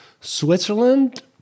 Switzerland